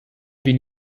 been